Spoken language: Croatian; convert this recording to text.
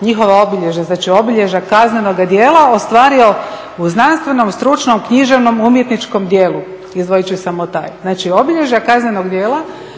njihova obilježja, znači obilježja kaznenoga djela ostvario u znanstvenom, stručnom, književnom, umjetničkom djelu. Izdvojit ću samo taj. Znači obilježja kaznenog djela